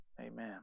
Amen